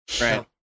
Right